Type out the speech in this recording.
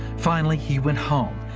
finally he went home.